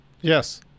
Yes